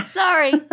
sorry